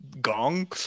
gong